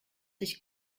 dich